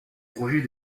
roger